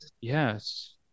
Yes